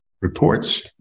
reports